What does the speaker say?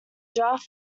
draft